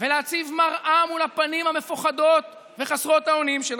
ונציב מראה מול הפנים המפוחדות וחסרות האונים שלכם,